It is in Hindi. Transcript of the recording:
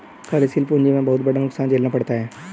कार्यशील पूंजी में बहुत बड़ा नुकसान झेलना पड़ता है